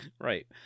Right